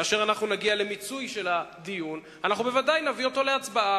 כאשר נגיע למיצוי של הדיון אנחנו בוודאי נביא אותו להצבעה,